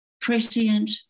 Prescient